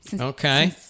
Okay